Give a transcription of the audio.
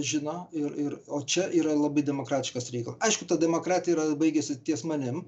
žino ir ir o čia yra labai demokratiškas reikalas aišku ta demokratija ir baigiasi ties manim